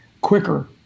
quicker